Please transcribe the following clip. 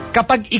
Kapag